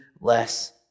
less